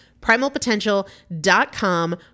Primalpotential.com